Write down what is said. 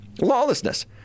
lawlessness